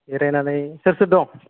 जिरायनानै सोर सोर दं